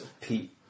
Pete